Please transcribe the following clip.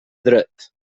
dret